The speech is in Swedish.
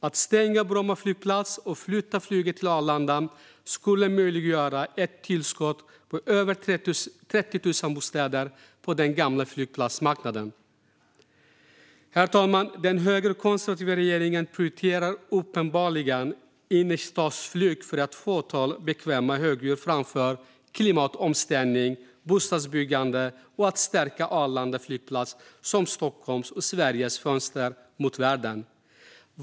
Att stänga Bromma flygplats och flytta flyget till Arlanda skulle också möjliggöra ett tillskott på 30 000 bostäder på den gamla flygplatsmarken. Herr talman! Den högerkonservativa regeringen prioriterar uppenbarligen innerstadsflyg för ett fåtal bekväma högdjur framför klimatomställning, bostadsbyggande och att stärka Arlanda flygplats som Stockholms och Sveriges fönster mot världen.